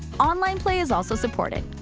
online play is also supported.